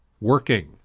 working